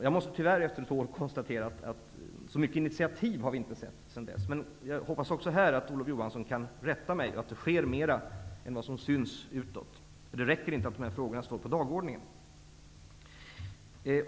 Jag måste tyvärr efter ett år konstatera att vi inte har sett så mycket initiativ sedan dess. Men jag hoppas även här att Olof Johansson kan rätta mig, att det sker mer än vad som syns utåt. Det räcker inte att de här frågorna står på dagordningen.